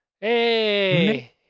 Hey